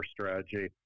strategy